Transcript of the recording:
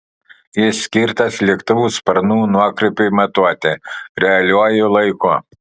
jis skirtas lėktuvų sparnų nuokrypiui matuoti realiuoju laiku